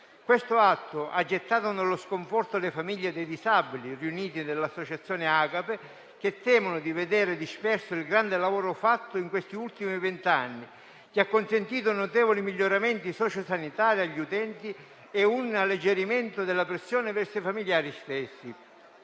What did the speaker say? Questo atto ha gettato nello sconforto le famiglie dei disabili riuniti nell'associazione Agape, che temono di vedere disperso il grande lavoro fatto negli ultimi vent'anni, che ha consentito notevoli miglioramenti socio-sanitari agli utenti e un alleggerimento della pressione verso i familiari stessi.